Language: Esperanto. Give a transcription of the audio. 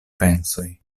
pensoj